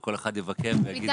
וכל אחד יבקר ויגיד איך להתנהג.